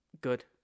Good